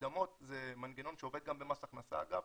מקדמות זה מנגנון שעובד גם במס הכנסה, אגב,